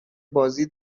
بازی